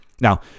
Now